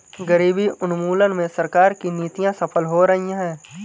गरीबी उन्मूलन में सरकार की नीतियां सफल हो रही हैं